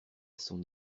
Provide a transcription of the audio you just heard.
son